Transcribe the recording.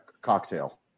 cocktail